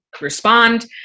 respond